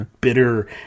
bitter